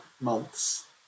months